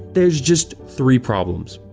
there're just three problems.